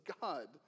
God